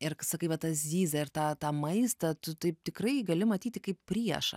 ir sakai va ta zyzia ir tą tą maistą tu taip tikrai gali matyti kaip priešą